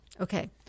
Okay